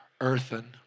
earthen